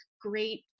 great